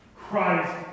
Christ